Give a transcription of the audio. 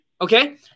Okay